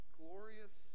glorious